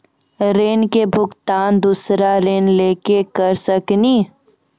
ऋण के भुगतान दूसरा ऋण लेके करऽ सकनी?